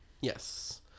Yes